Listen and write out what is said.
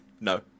No